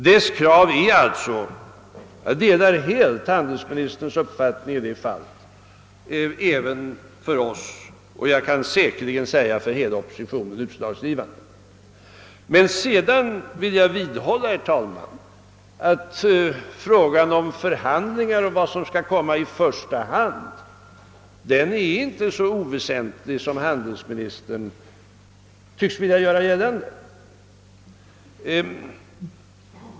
Dessa krav är alltså — jag delar helt handelsministerns uppfattning i det fallet — utslagsgivande för 'oss och säkerligen för hela oppositionen. Men jag vill också vidhålla, herr talman, att frågan om vad som skall komma i första hand vid förhandlingar inte är så oväsentlig som handelsministern tycks vilja göra gällande.